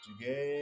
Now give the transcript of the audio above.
together